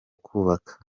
kubaka